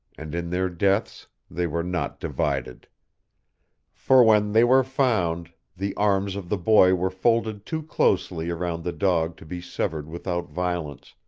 and in their deaths they were not divided for when they were found the arms of the boy were folded too closely around the dog to be severed without violence,